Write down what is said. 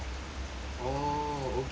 oh okay